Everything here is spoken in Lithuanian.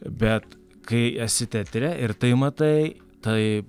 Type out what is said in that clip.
bet kai esi teatre ir tai matai tai